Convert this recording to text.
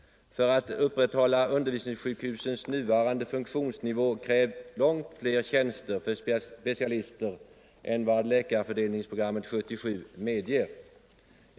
För att upprätthålla undervisningssjukhusens nuvarande funktionsnivå krävs långt fler tjänster för specialister än vad Läkarfördelningsprogram 77 medger.